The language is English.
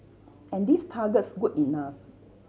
and these targets good enough